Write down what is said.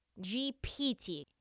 GPT